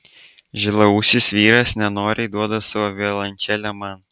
žilaūsis vyras nenoriai duoda savo violončelę man